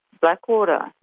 Blackwater